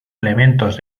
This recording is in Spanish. elementos